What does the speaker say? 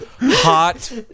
Hot